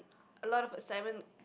a lot of assignment